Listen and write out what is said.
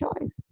choice